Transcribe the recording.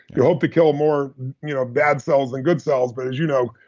you hope to kill more you know bad cells than good cells. but as you know,